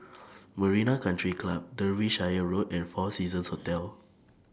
Marina Country Club Derbyshire Road and four Seasons Hotel